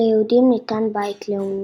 ליהודים ניתן "בית לאומי".